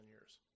years